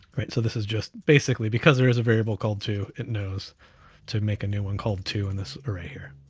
right? so this is just basically, because there is a variable called two, it knows to make a new one called two in this array here.